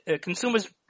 consumers